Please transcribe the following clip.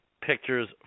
Pictures